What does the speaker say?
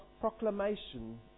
proclamation